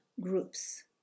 groups